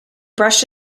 brushed